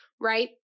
right